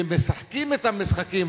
ומשחקים אתם משחקים,